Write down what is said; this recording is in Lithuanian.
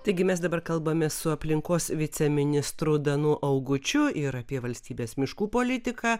taigi mes dabar kalbamės su aplinkos viceministru danu augučiu ir apie valstybės miškų politiką